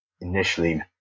initially